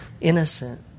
Innocent